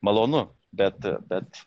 malonu bet bet